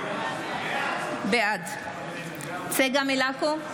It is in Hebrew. בעד צגה מלקו,